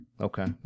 Okay